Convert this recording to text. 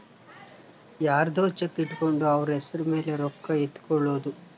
ಯರ್ದೊ ಚೆಕ್ ಇಟ್ಕೊಂಡು ಅವ್ರ ಹೆಸ್ರ್ ಮೇಲೆ ರೊಕ್ಕ ಎತ್ಕೊಳೋದು